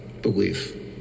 belief